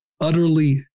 utterly